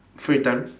free time